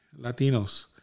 Latinos